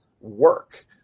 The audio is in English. work